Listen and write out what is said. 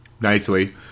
nicely